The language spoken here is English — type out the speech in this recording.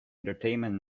entertainment